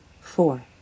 Four